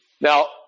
Now